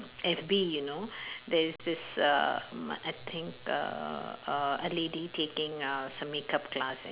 F_B you know there's this uh mm I think uh uh a lady taking uh some makeup class